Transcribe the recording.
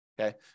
Okay